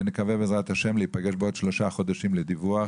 ונקווה בעזרת השם להיפגש בעוד שלושה חודשים לדיווח,